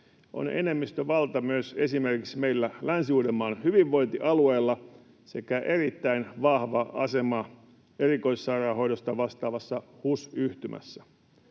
on enemmistövalta myös esimerkiksi meillä Länsi-Uudenmaan hyvinvointialueella sekä erittäin vahva asema erikoissairaanhoidosta vastaavassa HUS-yhtymässä.